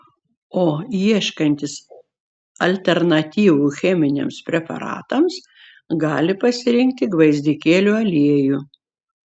o ieškantys alternatyvų cheminiams preparatams gali pasirinkti gvazdikėlių aliejų